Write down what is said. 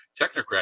technocratic